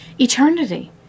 eternity